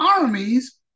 armies